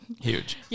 Huge